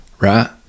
Right